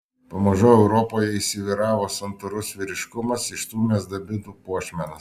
pamažu europoje įsivyravo santūrus vyriškumas išstūmęs dabitų puošmenas